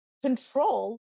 control